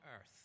earth